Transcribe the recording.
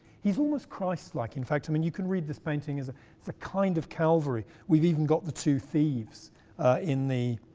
he's almost christ-like, in fact, i mean you can read this painting as a kind of calvary. we've even got the two thieves in the